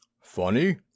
Funny